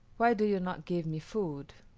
why do you not give me food?